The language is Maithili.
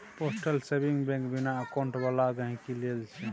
पोस्टल सेविंग बैंक बिना अकाउंट बला गहिंकी लेल छै